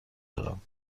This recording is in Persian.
دارم